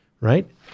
right